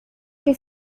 que